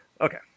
Okay